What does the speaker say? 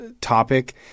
topic